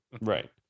right